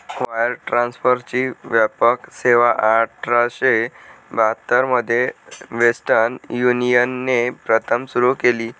wire ट्रान्सफरची व्यापक सेवाआठराशे बहात्तर मध्ये वेस्टर्न युनियनने प्रथम सुरू केली